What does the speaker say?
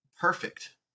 perfect